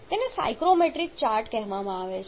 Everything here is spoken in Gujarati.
તેને સાયક્રોમેટ્રિક ચાર્ટ કહેવામાં આવે છે